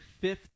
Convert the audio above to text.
fifth